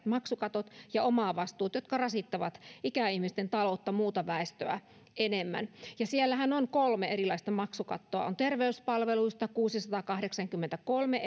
maksukatot ja omavastuut jotka rasittavat ikäihmisten taloutta muuta väestöä enemmän siellähän on kolme erilaista maksukattoa on terveyspalveluissa kuusisataakahdeksankymmentäkolme